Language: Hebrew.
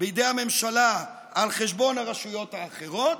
בידי הממשלה על חשבון הרשויות האחרות,